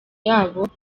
yabo